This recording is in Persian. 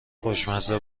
خوشمزه